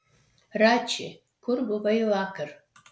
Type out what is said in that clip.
rači kur buvai vakar